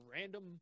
random